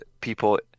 people